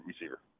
receiver